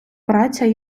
праця